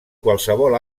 qualsevol